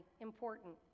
important